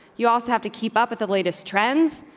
you also have to keep up with the latest trends.